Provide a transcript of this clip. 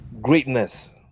greatness